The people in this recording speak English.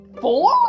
Four